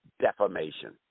defamation